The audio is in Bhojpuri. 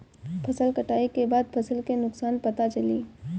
फसल कटाई के बाद फसल के नुकसान पता चली